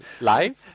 Live